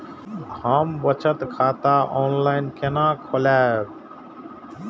हम बचत खाता ऑनलाइन केना खोलैब?